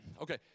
okay